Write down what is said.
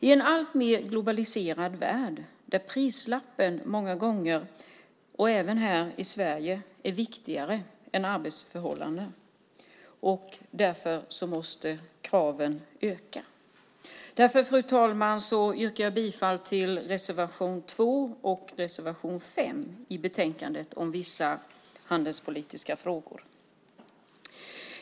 I en alltmer globaliserad värld är prislappen många gånger viktigare, även här i Sverige, än arbetsförhållandena. Därför måste kraven öka. Fru talman! Jag yrkar därför bifall till reservationerna 2 och 5 i betänkandet om vissa handelspolitiska frågor.